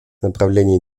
направлений